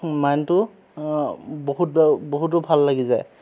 মাইণ্ডটো বহুত বহুতো ভাল লাগি যায়